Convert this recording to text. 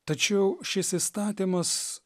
tačiau šis įstatymas